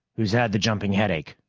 who's had the jumping headache?